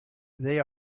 they